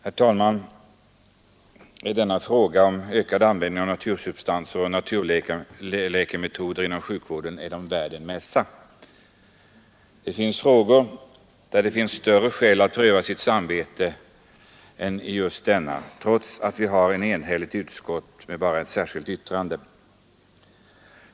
Herr talman! Är denna fråga om ”ökad användning av natursubstanser och naturläkemetoder inom sjukvården” värd en mässa? Det finns frågor där det är större skäl att pröva sitt samvete än just denna, trots att vi har ett enhälligt utskott med bara ett särskilt yttrande.